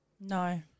No